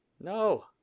No